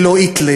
זה לא היטלר,